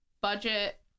budget